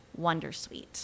wondersuite